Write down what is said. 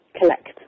collect